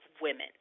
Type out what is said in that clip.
women